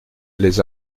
les